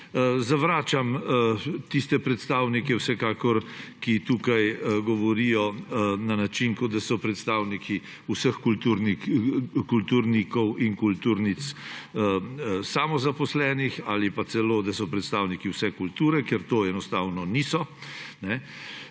zavračam tiste predstavnike, ki tukaj govorijo na način, kot da so predstavniki vseh samozaposlenih kulturnikov in kulturnic, ali pa celo, da so predstavniki vse kulture, ker to enostavno niso.